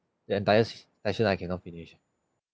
the entire I sure I cannot finish